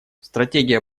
стратегия